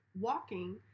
walking